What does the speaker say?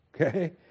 Okay